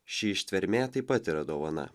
ši ištvermė taip pat yra dovana